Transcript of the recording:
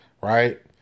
right